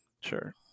sure